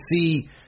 see